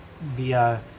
via